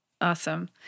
Awesome